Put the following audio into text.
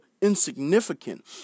insignificant